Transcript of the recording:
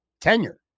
tenure